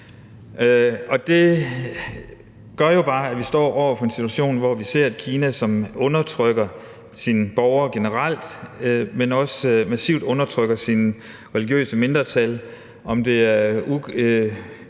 jo bare, at vi står i en situation, hvor vi ser et Kina, som undertrykker sine borgere generelt, men som også massivt undertrykker sine religiøse mindretal, hvad enten det